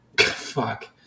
Fuck